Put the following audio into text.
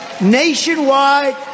nationwide